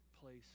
place